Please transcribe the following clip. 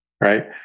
Right